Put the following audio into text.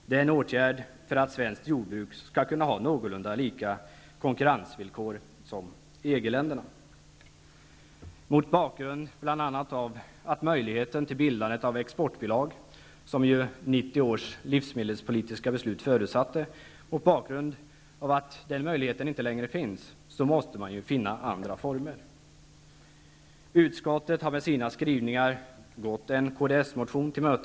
Det är en åtgärd för att svenskt jordbruk skall kunna ha någorlunda likadana konkurrensvillkor som dem som man har i EG länderna. Det finns inte längre någon möjlighet till bildande av exportbolag, som 1990 års livsmedelspolitiska beslut förutsatte. Mot den bakgrunden måste man finna andra former. Utskottet har med sina skrivningar gått en Kdsmotion till mötes.